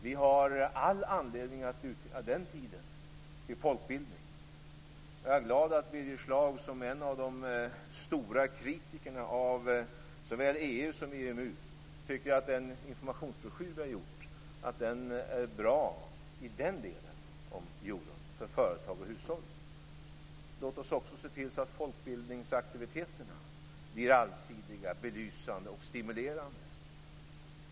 Vi har all anledning att utnyttja den tiden till folkbildning. Jag är glad att Birger Schlaug, som en är av de stora kritikerna när det gäller såväl EU som EMU, tycker att den informationsbroschyr som vi har gjort om euron är bra i den del som gäller företag och hushåll. Låt oss också se till att folkbildningsaktiviteterna blir allsidiga, belysande och stimulerande.